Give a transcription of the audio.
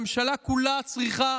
הממשלה כולה צריכה